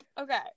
Okay